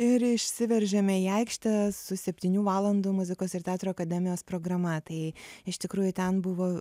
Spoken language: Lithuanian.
ir išsiveržėme į aikštę su septynių valandų muzikos ir teatro akademijos programa tai iš tikrųjų ten buvo